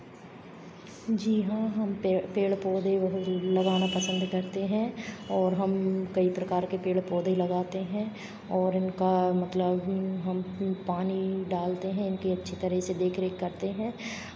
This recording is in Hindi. जी हाँ हम पेड़ पेड़ पौधे बहुत लगाना पसंद करते हैं और हम कई प्रकार के पेड़ पौधे लगाते हैं और इनका मतलब हम पानी डालते हैं इनकी अच्छी तरह से देख रेख करते हैं